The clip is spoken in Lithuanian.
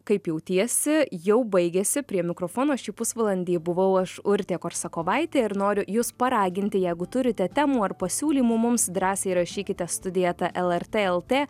kaip jautiesi jau baigėsi prie mikrofono šį pusvalandį buvau aš urtė korsakovaitė ir noriu jus paraginti jeigu turite temų ar pasiūlymų mums drąsiai rašykite studija eta lrt lt